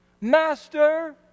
Master